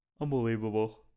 unbelievable